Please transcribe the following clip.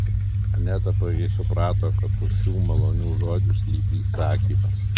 aneta puikiai suprato kad už šių malonių žodžių slypi įsakymas